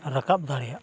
ᱨᱟᱠᱟᱵ ᱫᱟᱲᱮᱭᱟᱜᱼᱟ